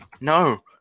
no